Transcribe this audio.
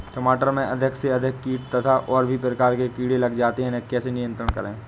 टमाटर में अधिक से अधिक कीट तथा और भी प्रकार के कीड़े लग जाते हैं इन्हें कैसे नियंत्रण करें?